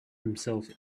himself